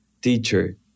teacher